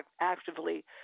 actively